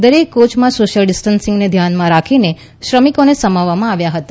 દરેક કોચમાં સોશ્થિલ ડિસ્ટન્સીંગને ધ્યાને રાખીને શ્રમીકોને સમાવવામાં આવ્યા હતા